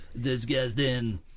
Disgusting